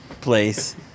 place